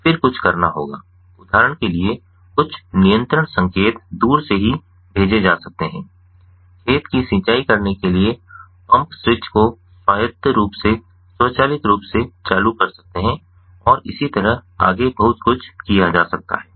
फिर कुछ करना होगा उदाहरण के लिए कुछ नियंत्रण संकेत दूर से ही भेजे जा सकते हैं खेत की सिंचाई करने के लिए पंप स्विच को स्वायत्त रूप से स्वचालित रूप से चालू कर सकते हैं और इसी तरह आगे बहुत कुछ किया जा सकता है